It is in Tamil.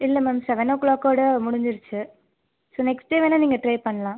இல்லை மேம் செவன் ஓ கிளாக்கோட முடிஞ்சிருச்சு ஸோ நெக்ஸ்ட் டே வேணா நீங்கள் ட்ரை பண்ணலாம்